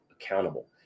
accountable